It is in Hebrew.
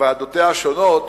בוועדותיה השונות